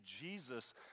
Jesus